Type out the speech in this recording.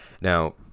Now